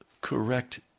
correct